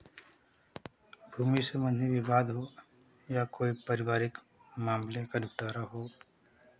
भूमि संबंधी विवाद हो या कोई पारिवारिक मामले का निपटारा हो